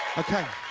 okay.